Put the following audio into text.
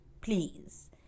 please